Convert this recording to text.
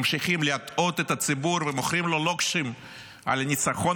ממשיכים להטעות את הציבור ומוכרים לו לוקשים על הניצחון